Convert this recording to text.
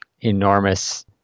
enormous